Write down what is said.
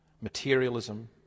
materialism